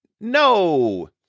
No